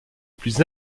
plus